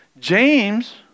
James